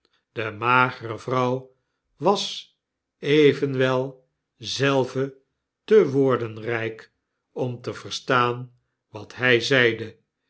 de magere vrouw was evenwel zelve te woordenryk om te verstaan wat hij zeide